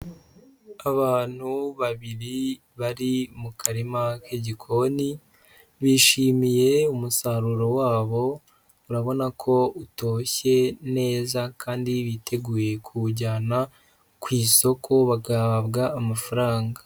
Abantu babiri bari mu karima k'igikoni, bishimiye umusaruro wabo, urabona ko utoshye neza kandi biteguye kuwujyana ku isoko bagahabwa amafaranga.